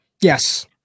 Yes